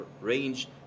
range